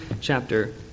chapter